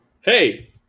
Hey